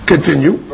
Continue